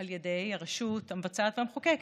על ידי הרשות המבצעת והמחוקקת,